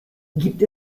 gibt